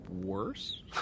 worse